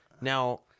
now